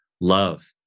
love